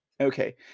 Okay